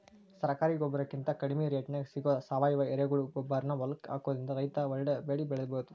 ಸರಕಾರಿ ಗೊಬ್ಬರಕಿಂತ ಕಡಿಮಿ ರೇಟ್ನ್ಯಾಗ್ ಸಿಗೋ ಸಾವಯುವ ಎರೆಹುಳಗೊಬ್ಬರಾನ ಹೊಲಕ್ಕ ಹಾಕೋದ್ರಿಂದ ರೈತ ಒಳ್ಳೆ ಬೆಳಿ ಬೆಳಿಬೊದು